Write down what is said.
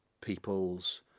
people's